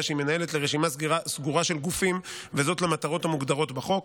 שהיא מנהלת לרשימה סגורה של גופים למטרות המוגדרות בחוק.